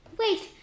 wait